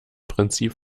prinzip